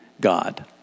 God